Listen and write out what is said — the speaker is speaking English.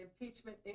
impeachment